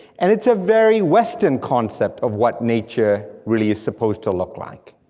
and it's a very western concept of what nature really is supposed to look like.